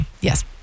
Yes